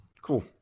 cool